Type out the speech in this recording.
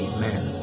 Amen